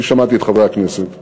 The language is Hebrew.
אני שמעתי את חברי הכנסת אומרים: